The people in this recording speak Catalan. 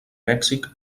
mèxic